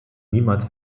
niemals